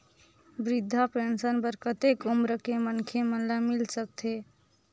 वृद्धा पेंशन बर कतेक उम्र के मनखे मन ल मिल सकथे?